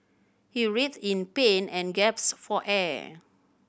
he writhed in pain and gaps for air